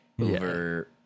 over